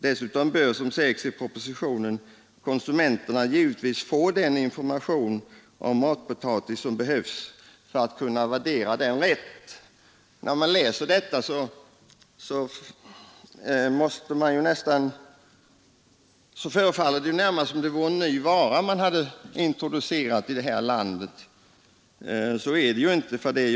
Dessutom bör som sägs i propositionen konsumenterna givetvis få den information om matpotatisen som behövs för att kunna värdera den rätt.” När man läser detta förefaller det närmast som om det vore en ny vara man har introducerat i landet. Så är det ju emellertid inte.